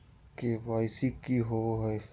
KYC की हॉबे हय?